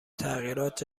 تغییرات